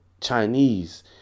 Chinese